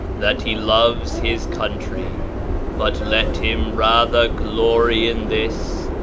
that he loves his country but let him rather glory in this,